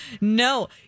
No